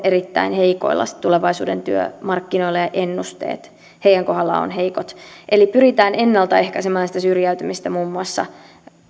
erittäin heikoilla sitten tulevaisuuden työmarkkinoilla ja ennusteet heidän kohdallaan ovat heikot eli pyritään ennalta ehkäisemään sitä syrjäytymistä muun muassa